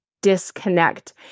disconnect